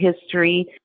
history